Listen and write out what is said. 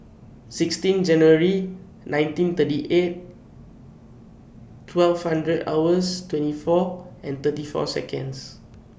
sixteen January nineteen thirty eight twelve hundred hours twenty four and thirty four Seconds